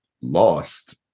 lost